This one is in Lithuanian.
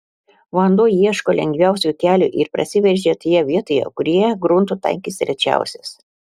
vanduo ieško lengviausio kelio ir prasiveržia toje vietoje kurioje grunto tankis rečiausias